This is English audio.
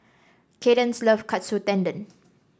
Kadence love Katsu Tendon